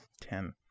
Ten